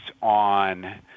on